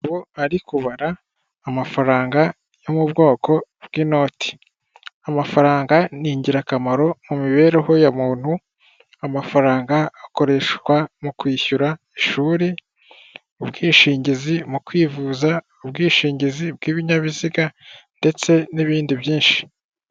Ari kubara amafaranga yo mu bwoko bw'inoti amafaranga n’ingirakamaro mu mibereho ya muntu, amafaranga akoreshwa mu kwishyura ishuri, ubwishingizi mu kwivuza, ubwishingizi bw'ibinyabiziga ndetse n'ibindi byinshi.